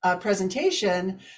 presentation